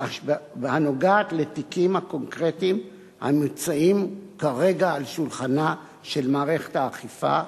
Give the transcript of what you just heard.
הנוגעת לתיקים הקונקרטיים הנמצאים כרגע על שולחנה של מערכת האכיפה,